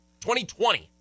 2020